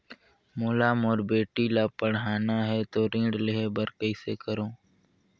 मोला मोर बेटी ला पढ़ाना है तो ऋण ले बर कइसे करो